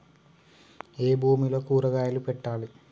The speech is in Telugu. ఏ భూమిలో కూరగాయలు పెట్టాలి?